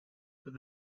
then